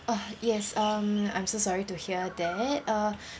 oh yes um I'm so sorry to hear that uh